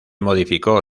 modificó